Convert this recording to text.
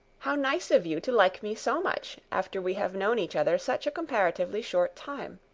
how nice of you to like me so much after we have known each other such a comparatively short time.